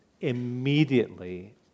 immediately